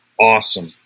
Awesome